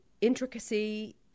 intricacy